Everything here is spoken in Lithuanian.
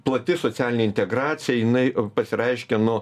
plati socialinė integracija jinai pasireiškia nuo